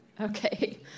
Okay